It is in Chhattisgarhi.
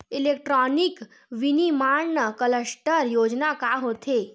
इलेक्ट्रॉनिक विनीर्माण क्लस्टर योजना का होथे?